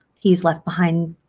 he's left behind